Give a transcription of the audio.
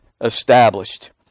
established